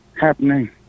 happening